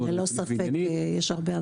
רצינית ועניינית -- ללא ספק יש הרבה עבודה.